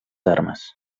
armes